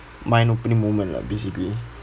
mind-opening moment lah basically